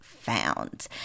Found